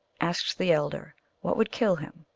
asked the elder what would kill him,